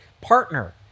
partner